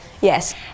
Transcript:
Yes